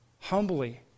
humbly